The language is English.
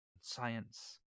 science